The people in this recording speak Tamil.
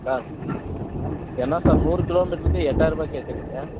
சார் என்ன சார் நூறு கிலோ மீட்ருக்கு எட்டாயிரம் ருபாய் கேட்குறிங்க